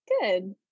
good